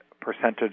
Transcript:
percentage